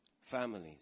families